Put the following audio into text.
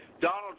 Donald